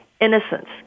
innocence